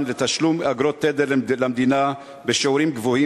לתשלום אגרות תדר למדינה בשיעורים גבוהים,